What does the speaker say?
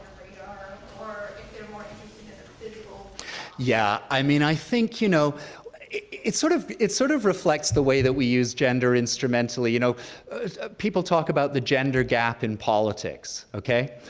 radar or if they're more interested in the physical yeah, i mean i think you know it sort of it sort of reflects the way that we use gender instrumentally. you know ah people talk about the gender gap in politics, okay.